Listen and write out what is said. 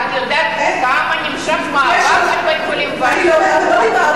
את יודעת כמה נמשך המאבק על בית-החולים באשדוד?